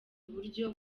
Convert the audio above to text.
buryo